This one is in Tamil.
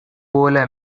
போல